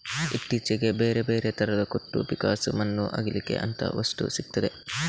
ಇತ್ತೀಚೆಗೆ ಬೇರೆ ಬೇರೆ ತರದ ಕೊಟ್ಟು, ಪಿಕ್ಕಾಸು, ಮಣ್ಣು ಅಗೀಲಿಕ್ಕೆ ಅಂತ ವಸ್ತು ಸಿಗ್ತದೆ